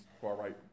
far-right